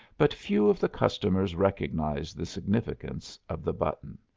but few of the customers recognized the significance of the button.